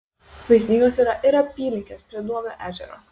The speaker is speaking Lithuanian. vaizdingos yra ir apylinkės prie duobio ežero